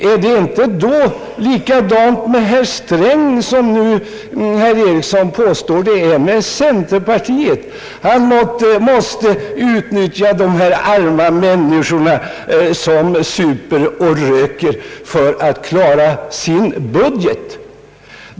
Är det då inte likadant med herr Sträng, som herr Eriksson nu påstår att det är med centerpartiet, att han måste utnyttja de här arma människorna som super och röker för att klara sin budget.